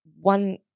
one